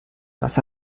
das